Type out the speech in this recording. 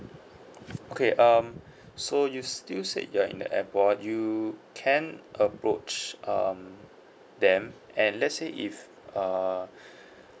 okay um so you still said you're in the airport you can approach um them and let's say if uh